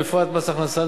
ובפרט מס הכנסה,